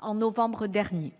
en novembre dernier.